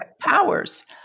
powers